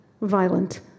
violent